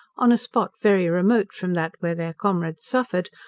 on a spot very remote from that where their comrades suffered,